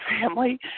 family